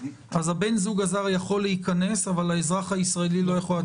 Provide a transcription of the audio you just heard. אז בן הזוג הזר יכול להיכנס אבל האזרח הישראלי לא יכול לצאת?